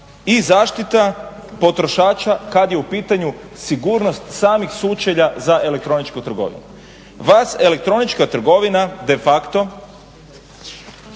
i zaštita potrošača kad je u pitanju sigurnost samih sučelja za elektroničku trgovinu. Vas elektronička trgovina de facto